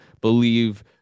believe